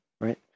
right